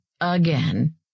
again